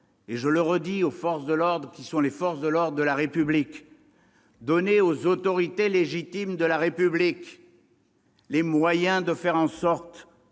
: donnez aux forces de l'ordre, aux forces de l'ordre de la République, aux autorités légitimes de la République, les moyens de faire en sorte